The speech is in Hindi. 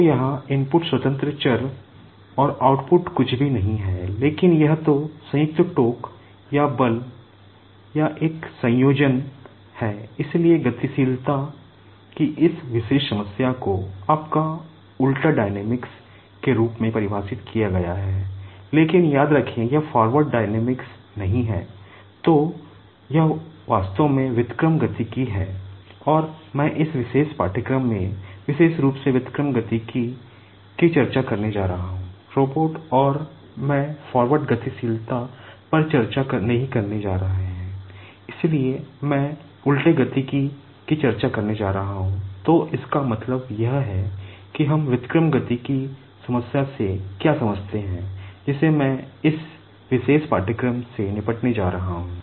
तो यहाँ इनपुट स्वतंत्र चर समस्या से क्या समझते हैं जिसे मैं इस विशेष पाठ्यक्रम से निपटने जा रहा हूं